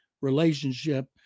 relationship